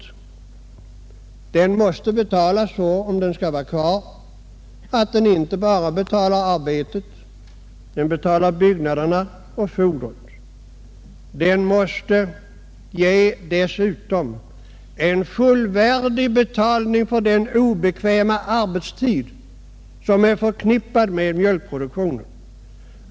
Om mjölkproduktionen skall finnas kvar, måste den få sådan Jönsamhet all den inte bara betalar arbetet, byggnaderna och fodret, den mäste dessutom ge en fullvärdig betalning för den obekväma arbetstid som är förknippad med den.